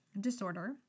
disorder